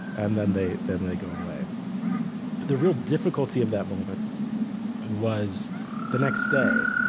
and then they then they go away the real difficulty of that moment and was the next day,